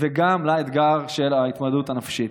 וגם לאתגר של ההתמודדות הנפשית.